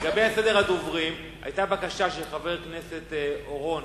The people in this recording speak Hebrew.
לגבי סדר הדוברים, היתה בקשה של חברי הכנסת אורון